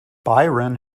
byron